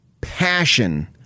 passion